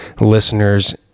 listeners